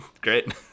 Great